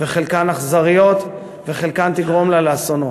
וחלקן אכזריות, וחלקן תגרומנה לאסונות.